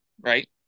right